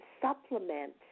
supplement